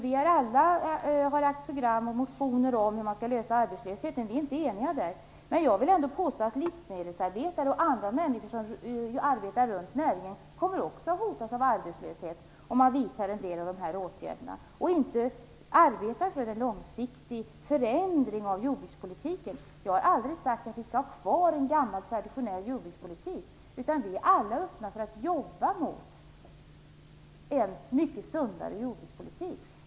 Vi har alla väckt motioner om hur man skall lösa arbetslösheten. Om detta är vi inte eniga. Men jag vill ändå påstå att livsmedelsarbetare och andra människor som arbetar i näringen också kommer att hotas av arbetslöshet om man vidtar en del av dessa åtgärder och inte arbetar för en långsiktig förändring av jordbrukspolitiken. Jag har aldrig sagt att vi skall ha kvar en gammal traditionell jordbrukspolitik, utan vi skall vara öppna för att jobba mot en mycket sundare jordbrukspolitik.